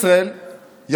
חג חנוכה שמח לכל עם ישראל.